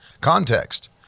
Context